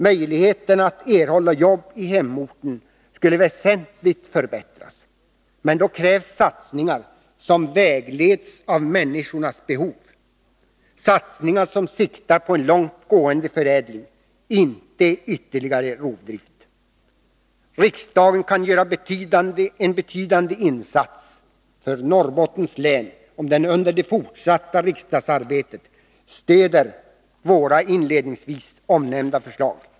Möjligheterna att erhålla jobb i hemorten skulle väsentligt förbättras. Men då krävs satsningar som vägleds av människornas behov, satsningar som siktar på en långtgående förädling, inte en ytterligare rovdrift. Riksdagen kan göra en betydande insats för Norrbottens län om den under det fortsatta riksdagsarbetet stöder våra inledningsvis omnämnda förslag.